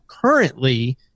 currently